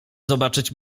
zobaczyć